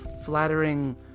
flattering